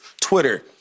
Twitter